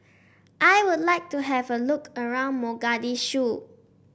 I would like to have a look around Mogadishu